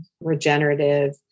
regenerative